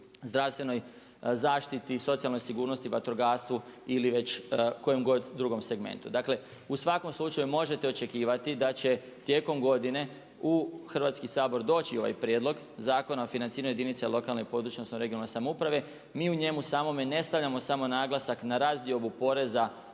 zdravstvenoj zaštiti, socijalnoj sigurnosti, vatrogastvu ili već kojegod drugom segmentu. Dakle, u svakom slučaju možete očekivati da će tijekom godine u Hrvatski sabor doći ovaj Prijedlog zakona o financiranju jedinice lokalne (regionalne) i područne samouprave. Mi u njemu samome ne stavljamo samo naglasak na razdiobu poreza